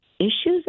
issues